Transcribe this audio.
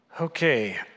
Okay